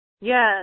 Yes